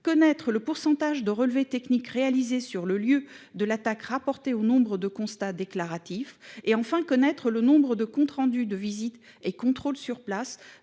loup ; le pourcentage de relevés techniques réalisés sur le lieu de l'attaque rapporté au nombre de constats déclaratifs ; et, enfin, le nombre de comptes rendus de visites et contrôles sur place,